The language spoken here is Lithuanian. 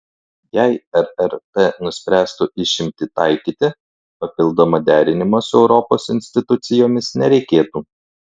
jei rrt nuspręstų išimtį taikyti papildomo derinimo su europos institucijomis nereikėtų